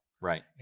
Right